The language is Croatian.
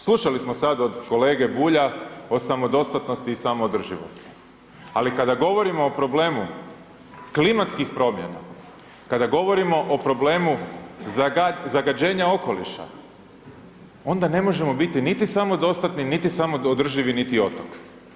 Slušali smo sad od kolege Bulja od samodostatnosti i samoodrživosti, ali kada govorimo o problemu klimatskih promjena, kada govorimo o problemu zagađenja okoliša onda ne možemo biti niti samodostatni, niti samoodrživi niti otok.